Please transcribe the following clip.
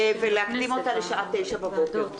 להקדים אותה לשעה 9:00 בבוקר,